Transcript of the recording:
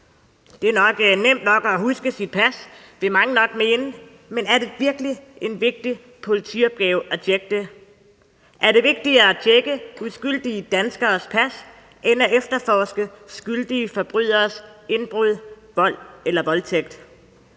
Det er nok nemt nok at huske sit pas, vil mange nok mene, men er det virkelig en vigtig politiopgave at tjekke det? Er det vigtigere at tjekke uskyldige danskeres pas end at efterforske skyldige forbryderes indbrud, vold eller voldtægt?